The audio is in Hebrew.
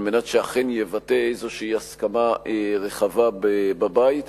על מנת שאכן יבטא איזושהי הסכמה רחבה בבית,